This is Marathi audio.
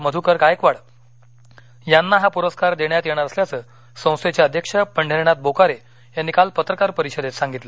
मधूकर गायकवाड यांना पुरस्कार देण्यात येणार असल्याचं संस्थेचे अध्यक्ष पंढरीनाथ बोकारे यांनी काल पत्रकार परिषदेत सांगितलं